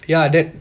ya that